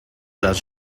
les